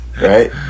Right